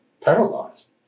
paralyzed